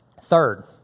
Third